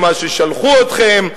ממה ששלחו אתכם,